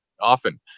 often